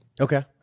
Okay